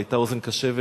היתה אוזן קשבת,